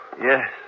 Yes